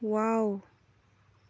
ꯋꯥꯎ